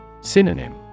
Synonym